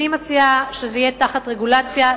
אני מציעה שזה יהיה תחת רגולציה,